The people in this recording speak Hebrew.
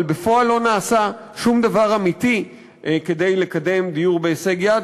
אבל בפועל לא נעשה שום דבר אמיתי כדי לקדם דיור בהישג יד,